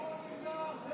הסיפור נגמר.